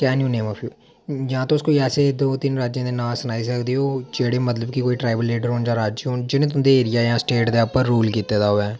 can you name a few जां कोई तुस ऐसे दो तिन राज्यें दे नांऽ सनाई सकदे ओ जेह्ड़े मतलब कि कोई ट्राईबल लीडर जां राज्य होन जेह्ड़े तुंदे एरिया दे उप्पर जां स्टेट च रूल कीते दा होऐ